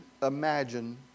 Imagine